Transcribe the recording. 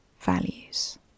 values